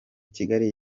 kigali